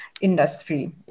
industry